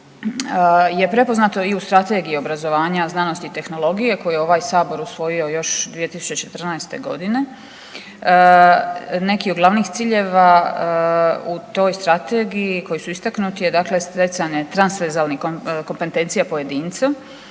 je prepoznato i u Strategiji obrazovanja, znanosti i tehnologije koju je ovaj sabor usvojio još 2014. godine. Neki od glavnih ciljeva u toj strategiji koji su istaknuti je dakle stjecanje transverzalnih kompetencija pojedincu,